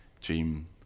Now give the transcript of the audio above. dream